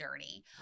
journey